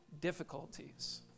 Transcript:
difficulties